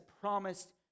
promised